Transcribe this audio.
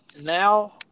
Now